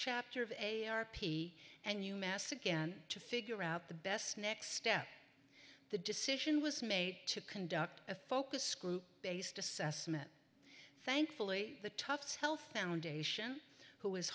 chapter of a r p and you mass again to figure out the best next step the decision was made to conduct a focus group based assessment thankfully the tufts health foundation who was